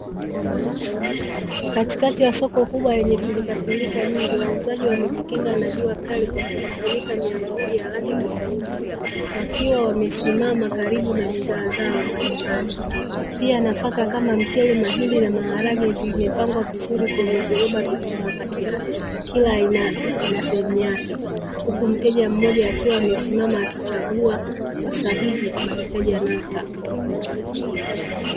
Katikati ya soko kubwa lenye pilikapilika nyingi, wauzaji wamejikinga na jua kali kwa kujifunika miamvuli ya rangi tofauti, wakiwa wamesimama karibu na bidhaa zao mbalimbali, pia nafaka kama mchele, mahindi na maharage zimepangwa vizuri kwenye viroba vikubwa katika kila aina na sehemu yake, huku mteja mmoja akiwa amesimama akichagua kwa sahihi mahitaji anayo taka.